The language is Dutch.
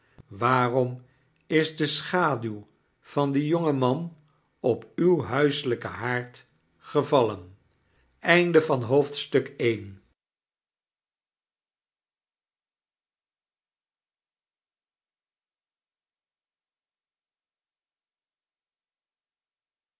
waarom is de schaduw van dien jongen man op uw huiselijken haard gevallen